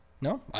No